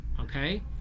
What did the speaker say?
Okay